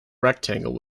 rectangle